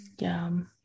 Yum